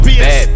Bad